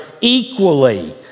equally